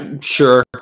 Sure